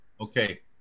Okay